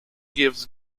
gives